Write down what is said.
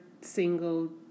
single